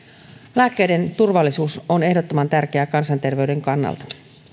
lääkkeiden turvallisuus on ehdottoman tärkeää kansanterveyden kannalta